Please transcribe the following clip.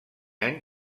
any